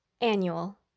annual